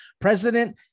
president